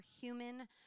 human